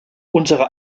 unsere